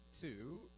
two